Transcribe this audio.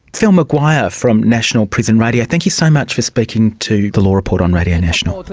phil mcguire from national prison radio, thank you so much for speaking to the law report on radio national.